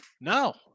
No